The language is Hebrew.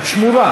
לדבר?